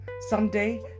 Someday